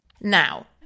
Now